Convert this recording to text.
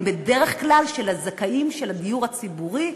הם בדרך כלל של הזכאים של הדיור הציבורי,